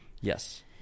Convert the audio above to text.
Yes